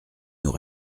nous